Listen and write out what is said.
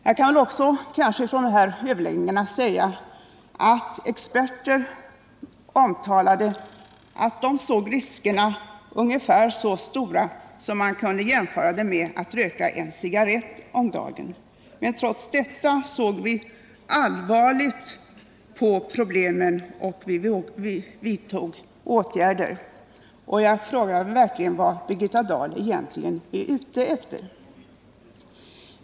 Jag kan också från dessa överläggningar nämna att experter omtalade att de bedömde riskerna ungefär jämförbara med dem som uppstår när man röker en cigarrett om dagen. Men trots detta såg vi allvarligt på problemen och vidtog åtgärder. Jag frågar mig verkligen vad Birgitta Dahl egentligen är ute efter.